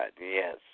yes